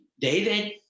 David